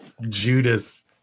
Judas